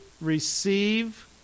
receive